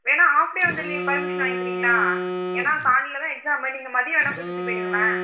வேணால் half day வந்து leave permission வாங்கிக்கிறீங்களா ஏன்னால் காலையில்தான் எக்ஸாம் நீங்கள் மதியம் வேணால் கூட்டிகிட்டு போயிடுங்களேன்